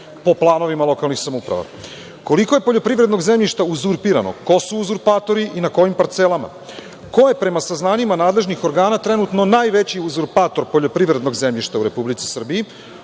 po planovima lokalnih samouprava? Koliko je poljoprivrednog zemljišta uzurpirano? Ko su uzurpatori i na kojim parcelama? Ko je, prema saznanjima nadležnih organa, trenutno najveći uzurpator poljoprivrednog zemljišta u Republici Srbiji?